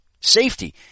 safety